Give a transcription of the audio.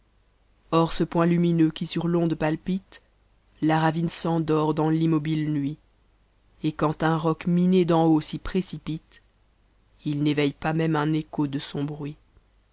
hors ce point lumineux qui sur l'onde palpite la ravine s'endort dans rnmobiie nuit et quand un roc miné d'en haut s'y précipite y ii n'éveui a mëmeunichjte son bruit